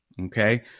okay